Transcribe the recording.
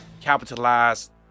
capitalized